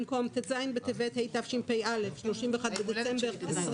במקום "ט"ז בטבת התשפ"א (31 בדצמבר 2020)"